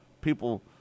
people